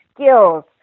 skills